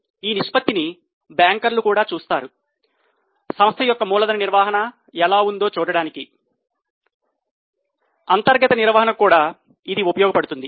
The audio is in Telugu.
ఈ నిష్పత్తిని బ్యాంకర్లు కూడా చూస్తారు సంస్థ యొక్క మూలధన నిర్వహణ ఎలా ఉందో చూడటానికి అంతర్గత నిర్వహణకు కూడా ఉపయోగపడుతుంది